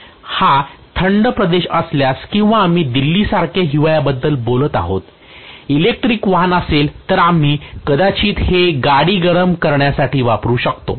हा थंड देश असल्यास किंवा आम्ही दिल्लीसारख्या हिवाळ्याबद्दल बोलत आहोत इलेक्ट्रिक वाहन असेल तर आम्ही कदाचित हे गाडी गरम करण्यासाठी वापरु शकतो